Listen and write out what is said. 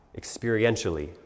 experientially